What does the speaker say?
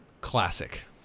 classic